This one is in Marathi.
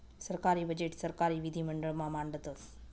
सरकारी बजेट सरकारी विधिमंडळ मा मांडतस